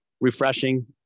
refreshing